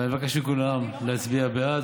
ואני מבקש מכולם להצביע בעד.